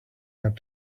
had